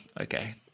okay